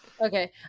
Okay